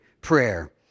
prayer